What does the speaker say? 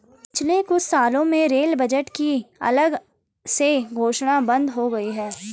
पिछले कुछ सालों में रेल बजट की अलग से घोषणा बंद हो गई है